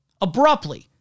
Abruptly